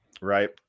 right